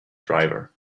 driver